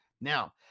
Now